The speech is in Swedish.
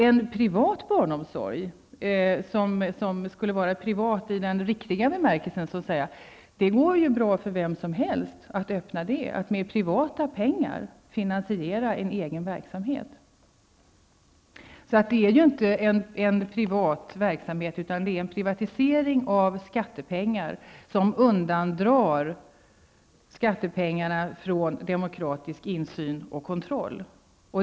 En privat barnomsorg som skulle vara privat i verklig bemärkelse kan ju vem som helst sätta i gång, en egen verksamhet finansierad med privata pengar. Det är alltså inte fråga om en privat verksamhet utan om en privatisering av skattepengar, vilkas användning undandras från demokratisk insyn och kontroll.